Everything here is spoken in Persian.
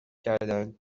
کردند